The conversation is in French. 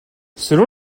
selon